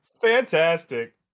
Fantastic